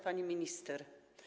Pani Minister!